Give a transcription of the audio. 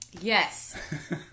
Yes